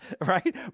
Right